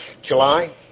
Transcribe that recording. July